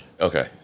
Okay